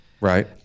right